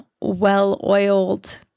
well-oiled